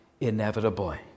inevitably